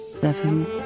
seven